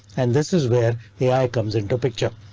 and this is where the ai comes into picture,